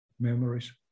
memories